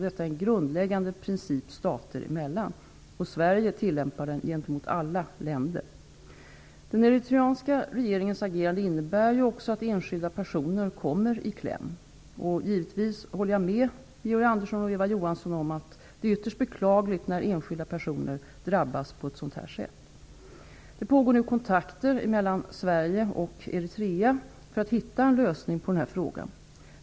Detta är en grundläggande princip stater emellan. Sverige tillämpar den gentemot alla länder. Den eritreanska regeringens agerande innebär ju också att enskilda personer kommer i kläm. Givetvis håller jag med Georg Andersson och Eva Johansson om att det är ytterst beklagligt när enskilda personer drabbas på ett sådant här sätt. Det pågår nu kontakter mellan Sverige och Eritrea för att hitta en lösning på denna fråga.